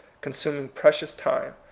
con suming precious time.